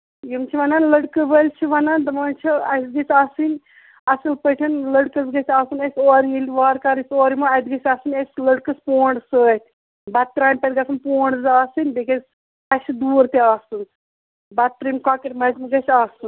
یِم چھِ وَنان لَڑکہٕ وٲلۍ چھِ وَنان دَپان چھِ اَسہِ گژھِ آسٕنۍ اَصٕل پٲٹھۍ لٔڑکَس گژھِ آسُن اَسہِ اورٕ ییٚلہِ وارٕ کارٕ ییٚلہِ أسۍ اورٕ یِمو اَتہِ گژھِ آسٕنۍ اَسہِ لڑکَس پونڈ سۭتۍ بَتہٕ ترامہِ پٮ۪ٹھ گژھن پونڈ زٕ آسٕنۍ بیٚیہِ گژھِ اَسہِ دوٗر تہِ آسُن بَتہٕ ترٲم کۄکر مَجمہٕ گژھِ آسُن